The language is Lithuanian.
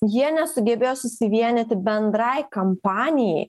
jie nesugebėjo susivienyti bendrai kampanijai